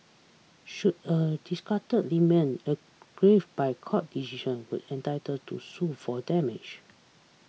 should a disgruntled aggrieved by court decision with entitled to sue for damage